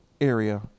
area